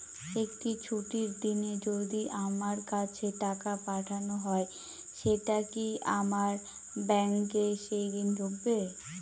একটি ছুটির দিনে যদি আমার কাছে টাকা পাঠানো হয় সেটা কি আমার ব্যাংকে সেইদিন ঢুকবে?